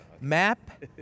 Map